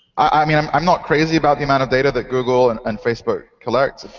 i mean i'm i'm not crazy about the amount of data that google and and facebook collect.